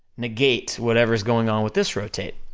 negate whatever's going on with this rotate.